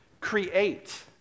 create